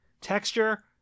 texture